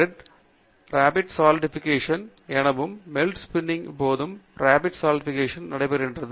melt spinning rapid solidification எனவும் குறிப்பிடப்படுகிறது ஏனென்றால் மெல்ட் ஸ்பின்னிங் கின் போது ரேபிட் சாலிடிபிகேஷன் நிகழ்வு நடைபெறுகிறது